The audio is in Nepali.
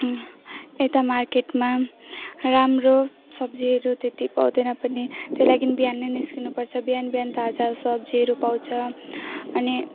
यता मार्केटमा राम्रो सब्जीहरू त्यत्ति पाउँदैन पनि त्यही लागि बिहानै निस्किनुपर्छ बिहान बिहान ताजा सब्जीहरू पाउँछ अनि